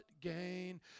gain